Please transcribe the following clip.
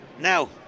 Now